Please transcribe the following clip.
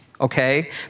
okay